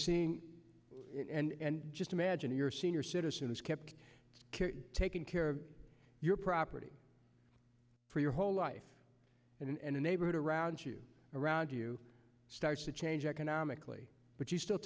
seeing and just imagine your senior citizens kept taking care of your property for your whole life and the neighborhood around you around you starts to change economically but you still